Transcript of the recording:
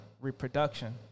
reproduction